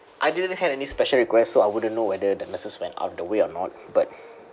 I didn't had any special request so I wouldn't know whether the nurses went out of the way or not but